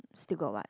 still got what